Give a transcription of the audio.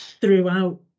throughout